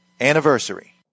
anniversary